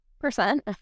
percent